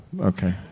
Okay